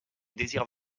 désire